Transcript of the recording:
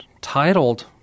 titled